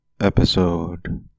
episode